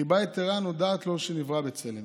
חיבה יתרה נודעת לו שנברא בצלם,